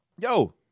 yo